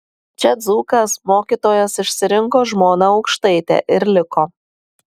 čia dzūkas mokytojas išsirinko žmoną aukštaitę ir liko